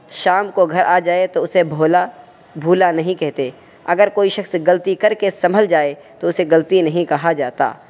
شام کو گھر آ جائے تو اسے بھولا بھولا نہیں کہتے اگر کوئی شخص غلطی کر کے سنبھل جائے تو اسے غلطی نہیں کہا جاتا